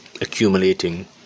accumulating